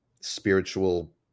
spiritual